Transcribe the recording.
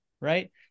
Right